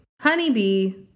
honeybee